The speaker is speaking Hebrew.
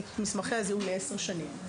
את מסמכי הזיהוי לעשר שנים.